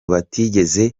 batigeze